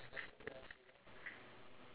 ya ya well so that's it